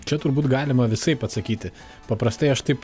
čia turbūt galima visaip atsakyti paprastai aš taip